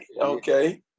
okay